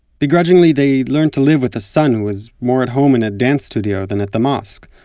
begrudgingly, they learned to live with a son who was more at home in a dance studio than at the mosque,